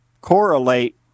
correlate